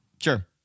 sure